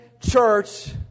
church